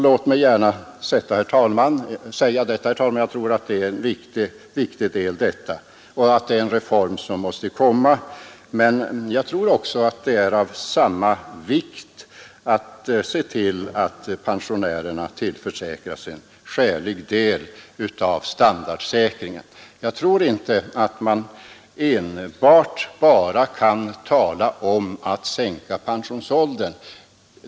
Låt mig gärna säga, herr talman, att jag tror att det är en viktig reform som måste komma. Jag tror emellertid också att det är av lika stor vikt att se till att pensionärerna tillförsäkras en skälig del av standardhöjningen. Man kan inte enbart tala om att sänka pensionsåldern.